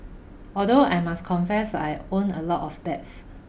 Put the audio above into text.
although I must confess I won a lot of bets